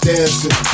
Dancing